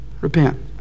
Repent